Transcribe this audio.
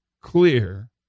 clear